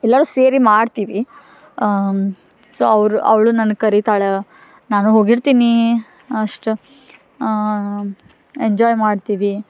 ಎಲ್ಲರೂ ಸೇರಿ ಮಾಡ್ತೀವಿ ಸೊ ಅವರು ಅವಳು ನನ್ನ ಕರೀತಾಳೆ ನಾನು ಹೋಗಿರ್ತೀನಿ ಅಷ್ಟು ಎಂಜಾಯ್ ಮಾಡ್ತೀವಿ